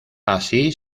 así